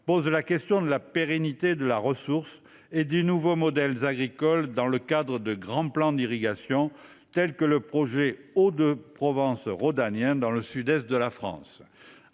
pose la question de la pérennité de la ressource et des nouveaux modèles agricoles dans le cadre de grands plans d’irrigation, tels que le projet dit Hauts de Provence rhodanienne dans le sud est de la France.